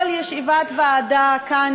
כל ישיבת ועדה כאן,